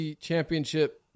championship